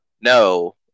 No